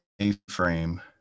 A-frame